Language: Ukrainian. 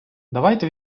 давайте